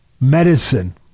medicine